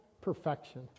perfection